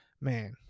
man